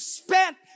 spent